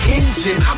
engine